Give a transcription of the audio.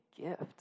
gift